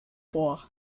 vor